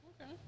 Okay